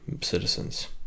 citizens